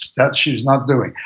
that she's not doing.